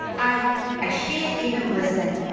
i i shan't even listen,